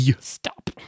Stop